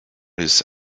his